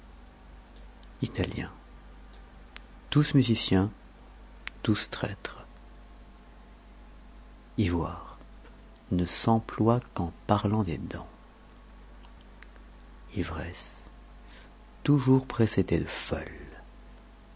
italiens tous musiciens tous traîtres ivoire ne s'emploie qu'en parlant des dents ivresse toujours précédée de folle